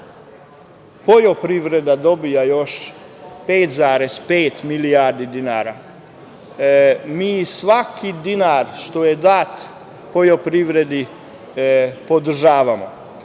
poljoprivreda dobija još 5,5 milijardi dinara. Mi svaki dinar što je dat poljoprivredi podržavamo.